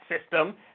system